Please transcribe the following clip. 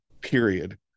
period